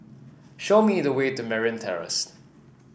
show me the way to Merryn Terrace